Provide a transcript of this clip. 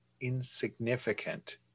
insignificant